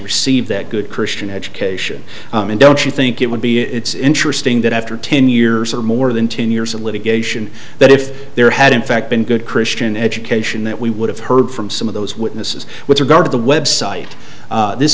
received that good christian education don't you think it would be it's interesting that after ten years or more than two in years of litigation that if there had in fact been good christian education that we would have heard from some of those witnesses with regard to the website this